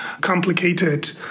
complicated